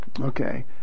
Okay